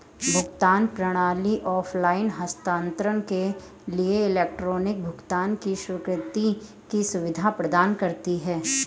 भुगतान प्रणाली ऑफ़लाइन हस्तांतरण के लिए इलेक्ट्रॉनिक भुगतान की स्वीकृति की सुविधा प्रदान करती है